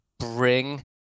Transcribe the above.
bring